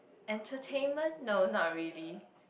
entertainment no not really